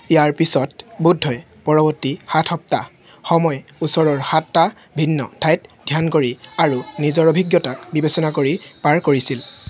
ইয়াৰ পিছত বুদ্ধই পৰৱৰ্তী সাত সপ্তাহ সময় ওচৰৰ সাতটা ভিন্ন ঠাইত ধ্যান কৰি আৰু নিজৰ অভিজ্ঞতাক বিবেচনা কৰি পাৰ কৰিছিল